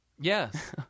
Yes